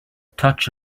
touch